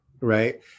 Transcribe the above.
right